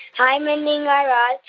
hi, mindy and guy raz.